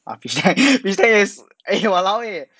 ah fish tank fish tank is eh walau eh